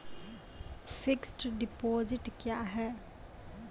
Fixed deposit क्या हैं?